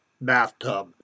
bathtub